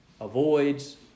avoids